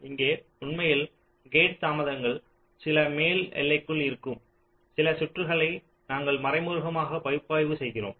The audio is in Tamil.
எனவே இங்கே உண்மையில் கேட் தாமதங்கள் சில மேல் எல்லைக்குள் இருக்கும் சில சுற்றுகளை நாங்கள் மறைமுகமாக பகுப்பாய்வு செய்கிறோம்